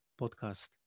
podcast